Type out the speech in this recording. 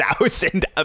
thousand